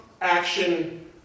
action